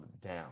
down